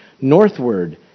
northward